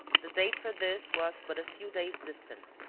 the date for this was but a few days distant,